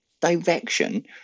direction